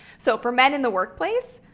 so for men in the workplace,